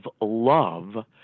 love